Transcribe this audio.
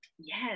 Yes